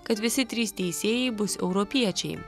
kad visi trys teisėjai bus europiečiai